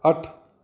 ਅੱਠ